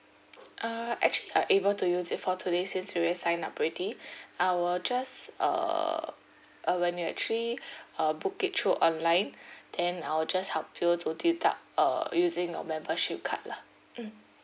uh actually you're able to use it for today since you already sign up already I will just uh uh when you actually uh book it through online then I'll just help you to deduct uh using your membership card lah mm